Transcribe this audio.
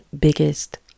biggest